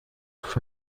auf